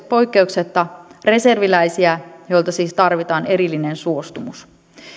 poikkeuksetta reserviläisiä joilta siis tarvitaan erillinen suostumus